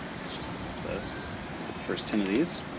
let's just look at this. let's look at the first ten of these.